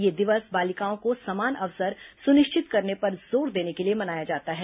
यह दिवस बालिकाओं को समान अवसर सुनिश्चित करने पर जोर देने के लिए मनाया जाता है